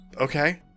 Okay